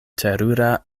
terura